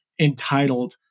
entitled